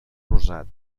rosat